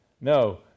No